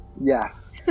Yes